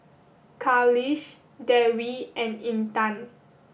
Khalish Dewi and Intan